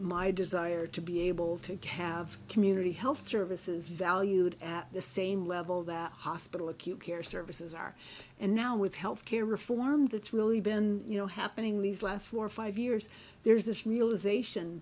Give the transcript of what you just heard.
my desire to be able to have community health services valued at the same level that hospital acute care services are and now with health care reform that's really been you know happening these last four or five years there's this mill is ation